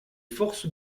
forces